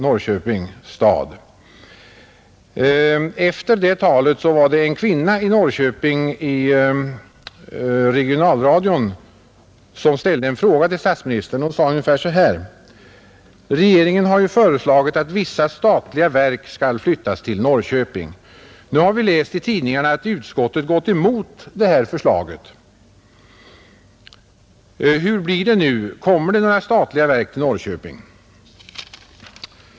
I regionalradion efter talet ställde en kvinna i Norrköping en fråga till statsministern, Hon sade ungefär så här: Regeringen har ju föreslagit att vissa statliga verk skall flyttas till Norrköping. Sedan har vi läst i tidningarna att utskottet gått emot detta förslag, Hur blir det nu, kommer det några statliga verk till Norrköping?